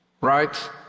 Right